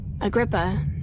Agrippa